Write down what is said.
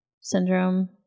syndrome